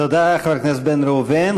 תודה לחבר הכנסת בן ראובן.